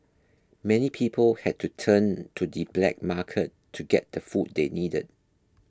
many people had to turn to the black market to get the food they needed